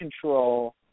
control